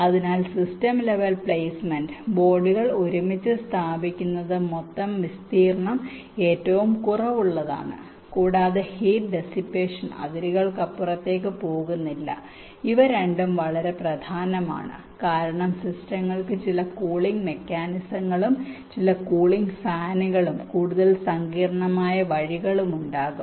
അതിനാൽ system level placement ബോർഡുകൾ ഒരുമിച്ച് സ്ഥാപിക്കുന്നത് മൊത്തം വിസ്തീർണ്ണം ഏറ്റവും കുറവുള്ളതാണ് കൂടാതെ ഹീറ്റ് ഡിസിപ്പേഷൻ അതിരുകൾക്കപ്പുറത്തേക്ക് പോകുന്നില്ല ഇവ രണ്ടും വളരെ പ്രധാനമാണ് കാരണം സിസ്റ്റങ്ങൾക്ക് ചില കൂളിംഗ് മെക്കാനിസങ്ങളും ചില കൂളിംഗ് ഫാനുകളും കൂടുതൽ സങ്കീർണ്ണമായ വഴികളുമുണ്ടാകും